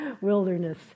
wilderness